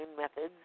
methods